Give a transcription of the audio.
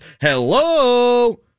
Hello